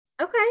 Okay